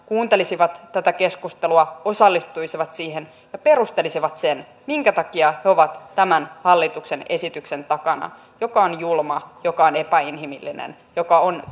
kuuntelisivat tätä keskustelua osallistuisivat siihen ja perustelisivat sen minkä takia he ovat tämän hallituksen esityksen takana joka on julma joka on epäinhimillinen joka on